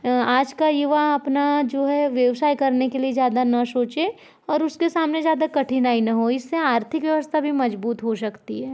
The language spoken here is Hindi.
आज का युवा अपना जो है व्यवसाय करने के लिए ज़्यादा न सोचें और उसके सामने ज़्यादा कठिनाई न हो इससे आर्थिक व्यवस्था भी मजबूत हो सकती है